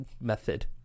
method